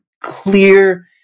clear